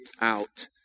out